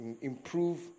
Improve